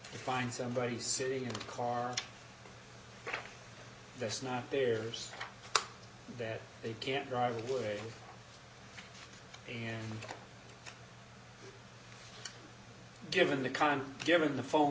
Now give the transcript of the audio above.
it find somebody sitting in a car that's not there so that they can't drive away and given the current given the phone